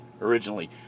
originally